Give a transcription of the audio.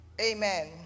Amen